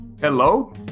Hello